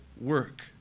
work